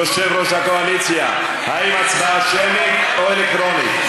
יושב-ראש הקואליציה: האם הצבעה שמית או אלקטרונית?